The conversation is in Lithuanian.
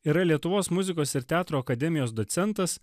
yra lietuvos muzikos ir teatro akademijos docentas